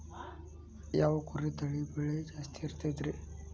ಯಾವ ಕುರಿ ತಳಿ ಬೆಲೆ ಜಾಸ್ತಿ ಇರತೈತ್ರಿ?